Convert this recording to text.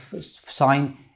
sign